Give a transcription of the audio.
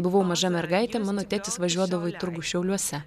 buvau maža mergaitė mano tėtis važiuodavo į turgų šiauliuose